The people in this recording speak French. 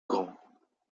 grands